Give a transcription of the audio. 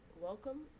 welcome